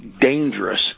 dangerous